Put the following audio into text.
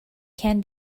can